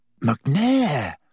McNair